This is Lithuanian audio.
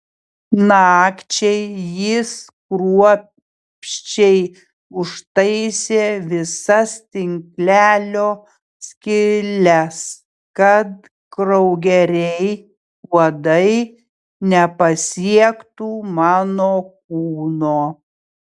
nakčiai jis kruopščiai užtaisė visas tinklelio skyles kad kraugeriai uodai nepasiektų mano kūno